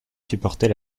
supporter